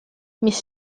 mis